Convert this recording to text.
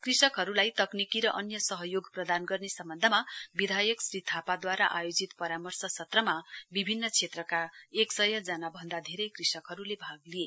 कृषकहरूलाई तकनिकी र अन्य सहयोग प्रदान गर्ने सम्बन्धमा विधायक श्री थापाद्वारा आयोजित परामर्श सत्रमा विभिन्न क्षेत्रका एक सय जना भन्दा धेरै कृषकहरूले भाग लिए